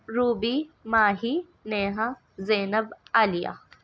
Ruby Mahi Neha Zainab Aliya